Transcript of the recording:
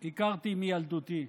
הכרתי מילדותי.